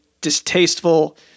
distasteful